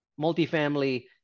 multifamily